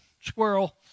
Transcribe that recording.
Squirrel